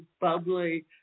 bubbly